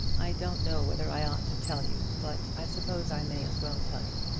i don't know whether i ought to tell you but i suppose i may as well tell you,